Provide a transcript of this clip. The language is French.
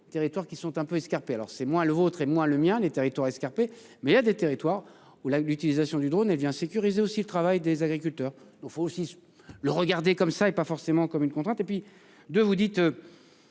territoires qui sont un peu escarpé. Alors c'est moins le vôtre et moi le mien. Les territoires escarpé. Mais il y a des territoires où la l'utilisation du drone elle vient sécuriser aussi le travail des agriculteurs. Donc faut aussi le regarder comme ça et pas forcément comme une contrainte et puis de vous dites.